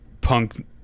punk